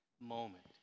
moment